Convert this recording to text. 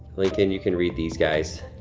lincoln, you could read these guys.